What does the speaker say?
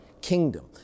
kingdom